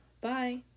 Bye